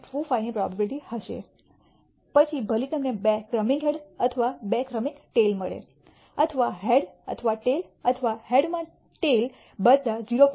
25 ની પ્રોબેબીલીટી હશે પછી ભલે તમને બે ક્રમિક હેડ અથવા બે ક્રમિક ટેઈલ મળે અથવા હેડ અથવા ટેઈલ અથવા હેડમાં ટેઈલ બધા 0